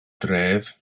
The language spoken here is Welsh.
dref